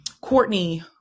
courtney